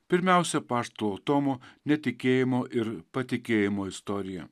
pirmiausia apaštalo tomo netikėjimo ir patikėjimo istorija